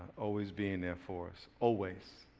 always being there for us. always.